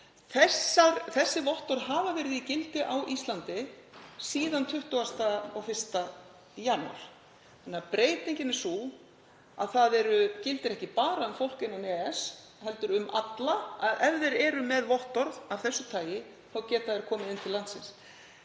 Þessi vottorð hafa verið í gildi á Íslandi síðan 21. janúar þannig að breytingin er sú að það gildir ekki bara um fólk innan EES heldur um alla. Ef þeir eru með vottorð af þessu tagi þá geta þeir komið inn til landsins.